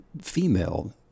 female